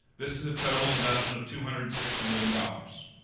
this is a total investment of two hundred and six million dollars.